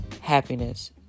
happiness